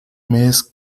mes